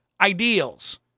ideals